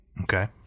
Okay